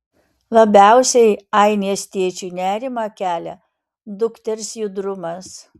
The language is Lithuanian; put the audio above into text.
labiausiai ainės tėčiui nerimą kelia dukters judrumas